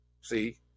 See